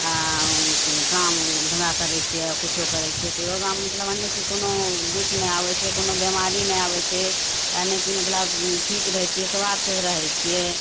आओर काम धन्धा करै छिए किछु करै छिए तऽ योगा मतलब मने कि कोनो दुख नहि आबै छै कोनो बेमारी नहि आबै छै यानीकि मतलब ठीक रहै छिए स्वस्थ रहै छिए